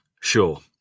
Sure